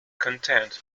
content